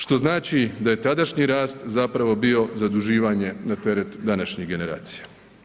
Što znači da je tadašnji rast zapravo bio zaduživanje na teret današnjih generacija.